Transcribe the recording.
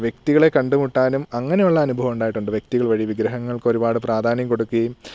വ്യക്തികളെ കണ്ട് മുട്ടാനും അങ്ങനെയുള്ള അനുഭവം ഉണ്ടായിട്ടുണ്ട് വ്യക്തികൾ വഴി വിഗ്രഹങ്ങൾക്കൊരുപാട് പ്രാധാന്യം കൊടുക്കുകയും